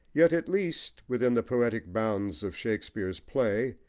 yet at least within the poetic bounds of shakespeare's play,